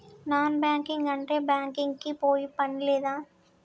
Non banking అంటే bank కి పోయే పని లేదా?